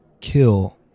Kill